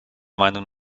meinung